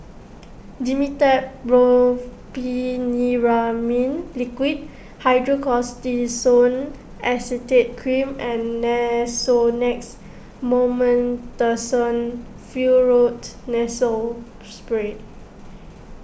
Dimetapp Brompheniramine Liquid Hydrocortisone Acetate Cream and Nasonex Mometasone Furoate Nasal Spray